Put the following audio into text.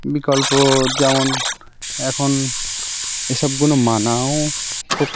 বিকল্প যেমন এখন এ সবগুলো মানাও খুব